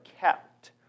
kept